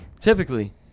Typically